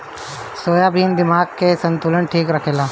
soybean दिमागी के संतुलन ठीक रखेला